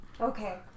Okay